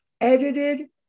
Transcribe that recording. edited